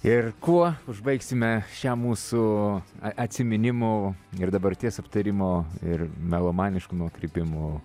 ir kuo užbaigsime šią mūsų a atsiminimų ir dabarties aptarimo ir melomaniškų nukrypimų